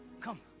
come